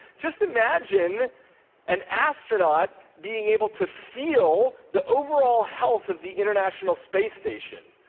just imagine an astronaut being able to feel the overall health of the international space station,